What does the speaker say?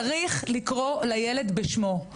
צריך לקרוא לילד בשמו.